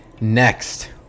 next –